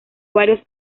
varios